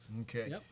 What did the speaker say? Okay